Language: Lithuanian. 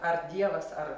ar dievas ar